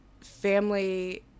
family